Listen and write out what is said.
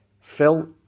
Phil